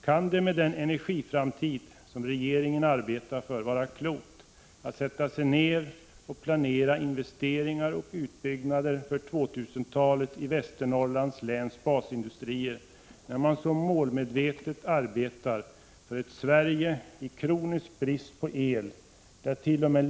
Kan det, med den energiframtid som regeringen arbetar för, vara klokt att sätta sig ned och planera investeringar och utbyggnader för 2000-talet i Västernorrlands läns basindustrier — när man så målmedvetet arbetar för ett Sverige i kronisk brist på el, därt.o.m.